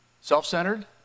self-centered